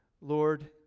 Lord